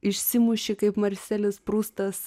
išsimuši kaip marselis prustas